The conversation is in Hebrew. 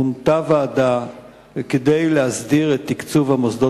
מונתה ועדה כדי להסדיר את תקצוב המוסדות